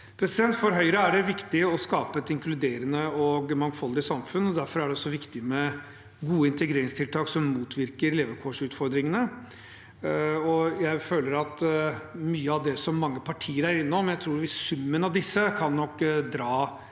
For Høyre er det viktig å skape et inkluderende og mangfoldig samfunn, og derfor er det viktig med gode integreringstiltak som motvirker levekårsutfordringene. Mye av det som mange partier er innom, tror jeg i sum kan dra